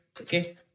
okay